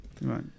right